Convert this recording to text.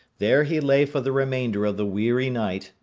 there he lay for the remainder of the weary night,